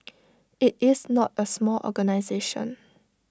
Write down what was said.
IT is not A small organisation